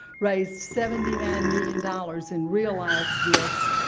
raised seventy nine million dollars in realized gifts,